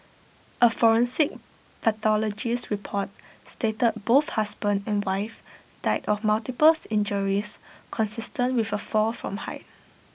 A forensic pathologist's report stated both husband and wife died of multiples injuries consistent with A fall from height